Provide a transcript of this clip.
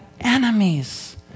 enemies